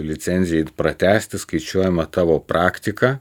licenzijai pratęsti skaičiuojama tavo praktika